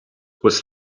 was